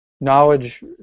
knowledge